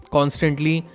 Constantly